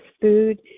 food